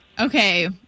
Okay